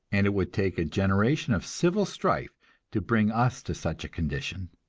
and it would take a generation of civil strife to bring us to such a condition.